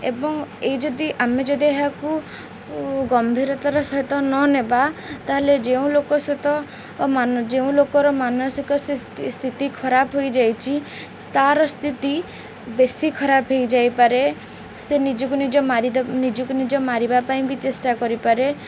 ଏବଂ ଏଇ ଯଦି ଆମେ ଯଦି ଏହାକୁ ଗମ୍ଭୀରତାର ସହିତ ନନେବା ତା'ହେଲେ ଯେଉଁ ଲୋକ ସହିତ ଯେଉଁ ଲୋକର ମାନସିକ ସ୍ଥିତି ଖରାପ ହୋଇଯାଇଛି ତାର ସ୍ଥିତି ବେଶି ଖରାପ ହେଇଯାଇପାରେ ସେ ନିଜକୁ ନିଜ ମାରିଦବ ନିଜକୁ ନିଜ ମାରିବା ପାଇଁ ବି ଚେଷ୍ଟା କରିପାରେ